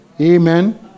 amen